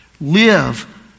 Live